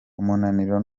umunaniro